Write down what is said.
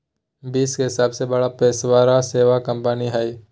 विश्व के सबसे बड़ा पेशेवर सेवा कंपनी हइ